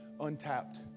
untapped